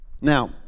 Now